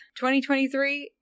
2023